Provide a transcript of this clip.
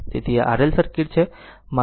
તેથી આ RL circuit છે